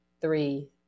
three